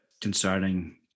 concerning